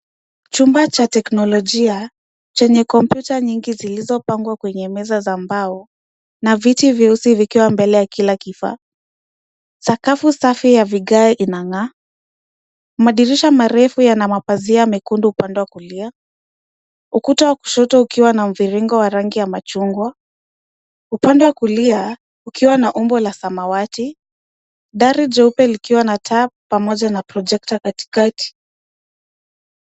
Chumba cha teknolojia Chenye komputa nyingi zilizopangwa kwenye meza za mbao na viti vyeusi vikiwa mbele ya kila kifaa. Sakafu Safi ya vikai inang'aa, madirisha marefu na mapazia mekundu upande wa kulia, ukuta WA kushoto ukiwa na mviringo WA ranging ya machungwa, upande wa kulia ukiwa na umbo la samawati, dari jeupe likiwa na taa pamoja na [c.s]projector katikati.